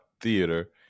Theater